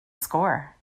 score